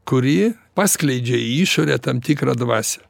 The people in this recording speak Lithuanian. kuri paskleidžia į išorę tam tikrą dvasią